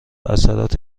اثرات